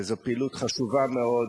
וזו פעילות חשובה מאוד,